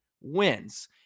wins